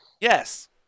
Yes